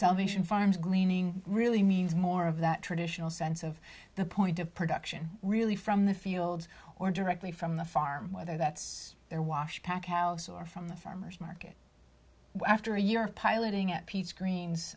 salvation farms greening really means more of that traditional sense of the point of production really from the fields or directly from the farm whether that's their wash pack house or from the farmer's market after a year of piloting at peet's green